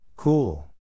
Cool